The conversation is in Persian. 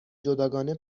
جداگانه